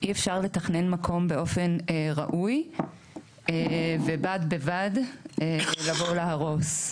אי אפשר לתכנן מקום באופן ראוי ובד בבד לבוא להרוס.